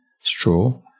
straw